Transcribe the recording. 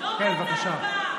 אמצע הצבעה --- לא באמצע הצבעה.